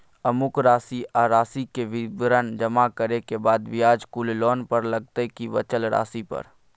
अमुक राशि आ राशि के विवरण जमा करै के बाद ब्याज कुल लोन पर लगतै की बचल राशि पर?